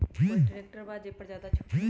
कोइ ट्रैक्टर बा जे पर ज्यादा छूट हो?